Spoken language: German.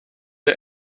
der